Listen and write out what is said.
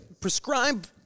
prescribe